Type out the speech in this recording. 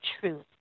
truth